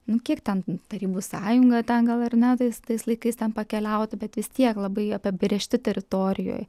nu kiek ten tarybų sąjunga ten gal ir ar ne tais tais laikais ten pakeliauti bet vis tiek labai apibrėžti teritorijoj